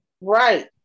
Right